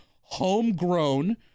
homegrown